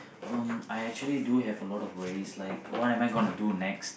um I actually do have a lot of worries like what am I going to do next